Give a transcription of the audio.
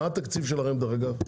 מה התקציב שלכם, דרך אגב?